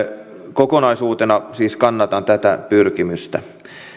kokonaisuutena siis kannatan tätä pyrkimystä